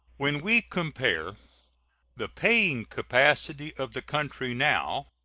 when we compare the paying capacity of the country now,